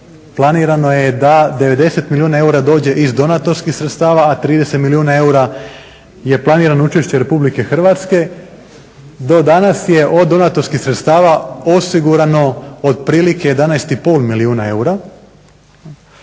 planirano je da 90 milijuna eura dođe iz donatorskih sredstava a 30 milijuna eura je planirano učešće RH. Do danas je od donatorskih sredstava osigurano otprilike 11,5 milijuna eura,